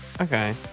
Okay